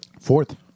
Fourth